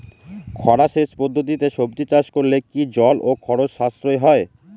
খরা সেচ পদ্ধতিতে সবজি চাষ করলে কি জল ও খরচ সাশ্রয় হয়?